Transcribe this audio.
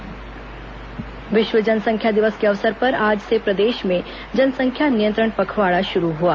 जनसंख्या नियंत्रण पखवाड़ा विश्व जनसंख्या दिवस के अवसर पर आज से प्रदेश में जनसंख्या नियंत्रण पखवाड़ा शुरू हुआ